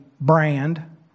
brand